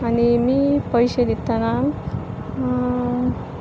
आनी मी पयशे दिताना